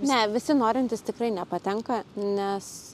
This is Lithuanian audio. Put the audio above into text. ne visi norintys tikrai nepatenka nes